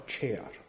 chair